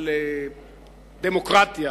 דמוקרטיה,